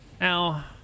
Now